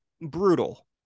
brutal